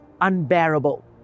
unbearable